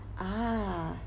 ah